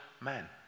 men